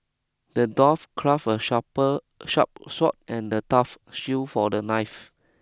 the dwarf craft a sharper sharp sword and a tough shield for the knife